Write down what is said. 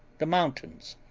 the mountains,